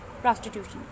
prostitution